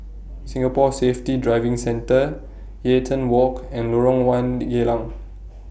Singapore Safety Driving Centre Eaton Walk and Lorong one Geylang